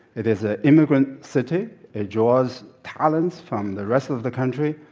it is an immigrant city it draws talent from the rest of the country,